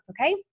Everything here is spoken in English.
okay